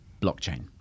blockchain